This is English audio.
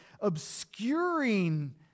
obscuring